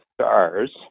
stars